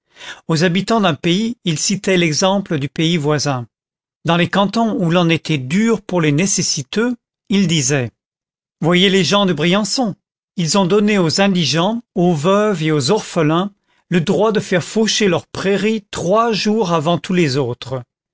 aux habitants d'un pays il citait l'exemple du pays voisin dans les cantons où l'on était dur pour les nécessiteux il disait voyez les gens de briançon ils ont donné aux indigents aux veuves et aux orphelins le droit de faire faucher leurs prairies trois jours avant tous les autres